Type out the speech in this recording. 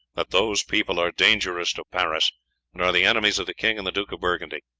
that those people are dangerous to paris and are the enemies of the king and the duke of burgundy.